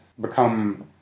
become